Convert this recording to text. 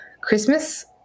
Christmas